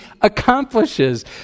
accomplishes